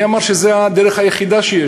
מי אמר שזו הדרך היחידה שיש?